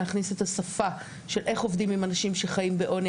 להכניס את השפה של איך עובדים עם אנשים שחיים בעוני.